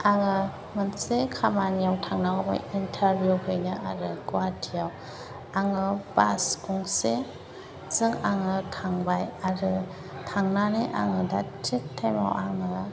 आङो मोनसे खामानियाव थांनांगौमोन इन्टारभिउ फैदों आरो गुवाहाटीआव आङो बास गंसेजों आङो थांबाय आरो थांनानै आङो दा थिक टाइमआव आङो